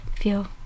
feel